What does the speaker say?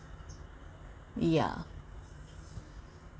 yeah